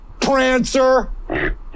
prancer